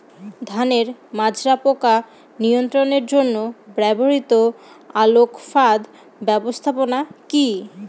ধানের মাজরা পোকা নিয়ন্ত্রণের জন্য ব্যবহৃত আলোক ফাঁদ ব্যবস্থাপনা কি?